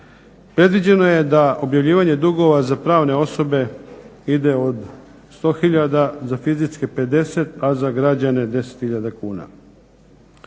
Predviđeno je da objavljivanje dugova za pravne osobe ide od 100 tisuća, za fizičke 50, a za građane 10 tisuća kuna.